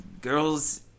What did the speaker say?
girls